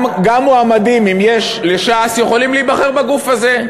גם מועמדים, אם יש לש"ס, יכולים להיבחר בגוף הזה,